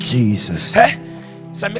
Jesus